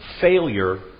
failure